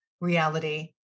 reality